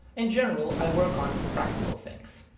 in general i work on practical things.